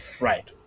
Right